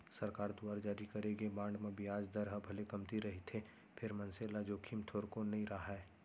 सरकार दुवार जारी करे गे बांड म बियाज दर ह भले कमती रहिथे फेर मनसे ल जोखिम थोरको नइ राहय